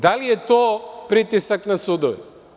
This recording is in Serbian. Da li je to pritisak na sudove?